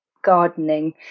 gardening